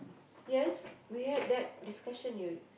yes we had that discussion you